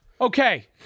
Okay